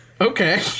okay